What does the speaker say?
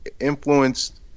influenced